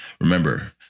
Remember